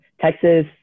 Texas